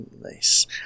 Nice